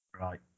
Right